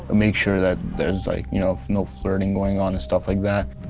make sure that there's like you know no flirting going on and stuff like that.